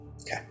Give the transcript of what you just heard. Okay